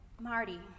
Marty